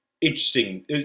Interesting